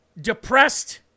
depressed